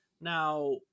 Now